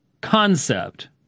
concept